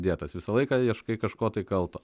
dėtas visą laiką ieškai kažko tai kalto